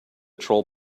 troll